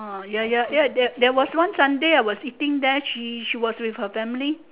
ya ya ya there there was one Sunday I was eating there she she was with her family